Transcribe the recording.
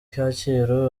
kacyiru